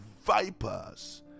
vipers